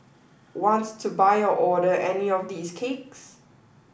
want to buy or order any of these cakes